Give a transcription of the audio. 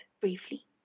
briefly